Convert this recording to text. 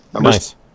Nice